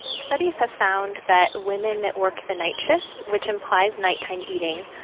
studies have found that women that work the night shift, which implies night-time eating,